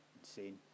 Insane